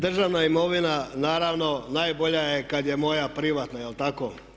Državna imovina naravno najbolja je kada je moja privatna, jel tako?